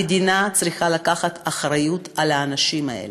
המדינה צריכה לקחת אחריות על האנשים האלה.